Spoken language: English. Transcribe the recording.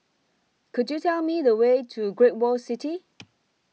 Could YOU Tell Me The Way to Great World City